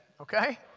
okay